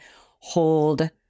hold